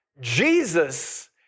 Jesus